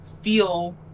feel